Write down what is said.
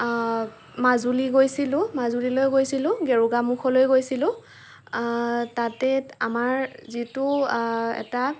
মাজুলী গৈছিলোঁ মাজুলীলৈ গৈছিলোঁ গেৰুকামুখলৈ গৈছিলোঁ তাতেই আমাৰ যিটো এটা